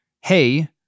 hey